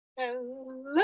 Hello